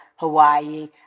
Hawaii